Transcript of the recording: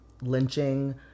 lynching